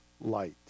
light